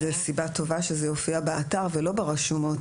זו סיבה טובה שזה יופיע באתר ולא ברשומות,